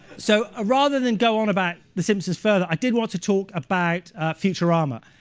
so ah rather than go on about the simpsons further, i did want to talk about futurama,